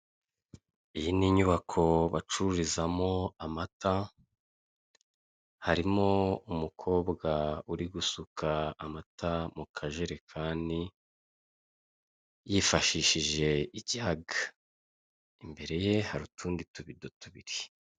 Iyi ni inyubako bacururizamo amata, harimo umukobwa uri gusuka amata mu akajerekani yifashishije igihaga. Imbere ye hari utundi tubido tubiri.